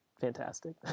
Fantastic